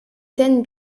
scènes